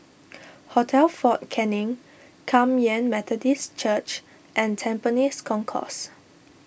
Hotel fort Canning Kum Yan Methodist Church and Tampines Concourse